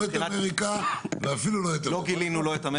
לא את אמריקה ואפילו לא אירופה.